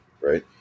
right